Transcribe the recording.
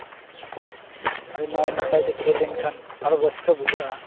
ᱟᱹᱰᱤ ᱱᱟᱭᱼᱱᱟᱯᱟᱭ ᱛᱮ ᱠᱷᱮᱹᱞ ᱞᱮᱱᱠᱷᱟᱱ ᱟᱨᱚ ᱨᱟᱹᱥᱠᱟᱹ ᱵᱩᱡᱷᱟᱹᱜᱼᱟ